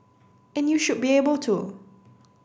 and you should be able to